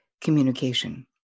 communication